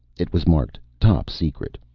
it was marked top secret,